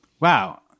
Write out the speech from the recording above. Wow